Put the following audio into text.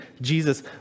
Jesus